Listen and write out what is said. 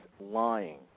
lying